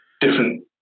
different